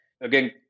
Again